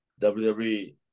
WWE